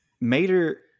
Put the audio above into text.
Mater